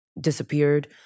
disappeared